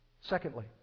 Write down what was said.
Secondly